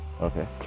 okay